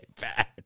bad